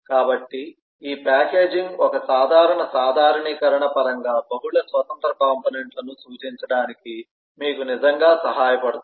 కాబట్టి ఈ ప్యాకేజింగ్ ఒక సాధారణ సాధారణీకరణ పరంగా బహుళ స్వతంత్ర కాంపోనెంట్ లను సూచించడానికి మీకు నిజంగా సహాయపడుతుంది